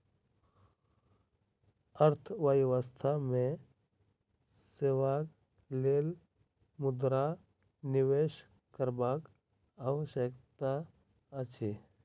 अर्थव्यवस्था मे सेवाक लेल मुद्रा निवेश करबाक आवश्यकता अछि